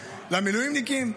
למילואימניקים.